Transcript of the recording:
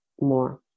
more